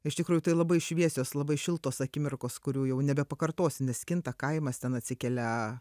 iš tikrųjų tai labai šviesios labai šiltos akimirkos kurių jau nebepakartosi nes kinta kaimas ten atsikelia